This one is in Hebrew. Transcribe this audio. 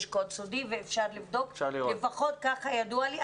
יש קוד סודי ואפשר לבדוק, לפחות ככה ידוע לי.